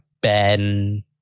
Ben